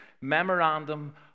memorandum